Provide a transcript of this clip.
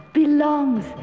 belongs